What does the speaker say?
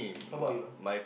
how bout you ah